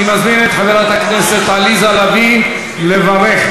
אני מזמין את חברת הכנסת עליזה לביא לברך.